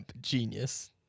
genius